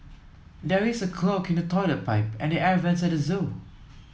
there is a clog in the toilet pipe and the air vents at the zoo